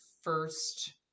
first